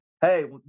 hey